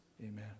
amen